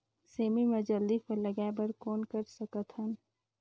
सेमी म जल्दी फल लगाय बर कौन कर सकत हन?